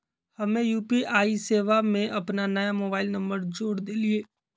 हम्मे यू.पी.आई सेवा में अपन नया मोबाइल नंबर जोड़ देलीयी